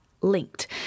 linked